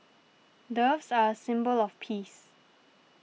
doves are a symbol of peace